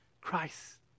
Christ